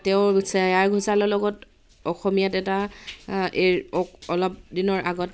তেওঁ শ্ৰেয়া ঘোসালৰ লগত অসমীয়াত এটা এই অ অলপ দিনৰ আগত